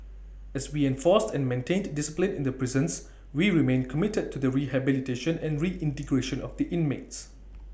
as we enforced and maintained discipline in the prisons we remain committed to the rehabilitation and reintegration of the inmates